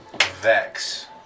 vex